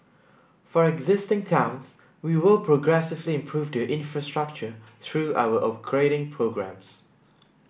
for existing towns we will progressively improve the infrastructure through our upgrading programmes